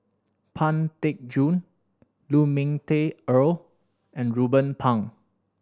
Pang Teck Joon Lu Ming Teh Earl and Ruben Pang